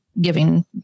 giving